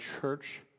church